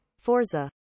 Forza